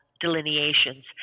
delineations